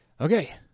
Okay